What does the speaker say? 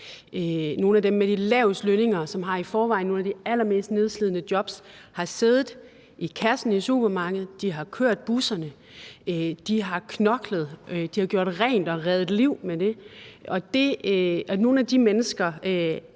Nogle af dem med de laveste lønninger, som i forvejen har nogle af de allermest nedslidende jobs, har siddet i kassen i supermarkedet, har kørt busserne, har knoklet, har gjort rent, har reddet liv, og nogle af de mennesker